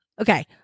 Okay